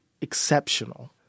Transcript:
exceptional